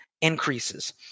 increases